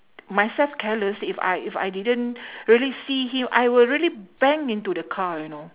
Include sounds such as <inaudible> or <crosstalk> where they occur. myself careless if I if I didn't <breath> really see him I will really bang into the car you know